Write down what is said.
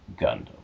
Gundam